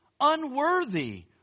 unworthy